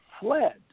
fled